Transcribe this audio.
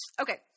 Okay